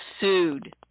sued